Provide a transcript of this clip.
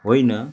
होइन